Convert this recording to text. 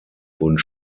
wurden